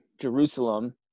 Jerusalem